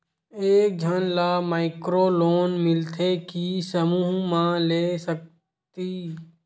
एक झन ला माइक्रो लोन मिलथे कि समूह मा ले सकती?